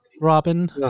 robin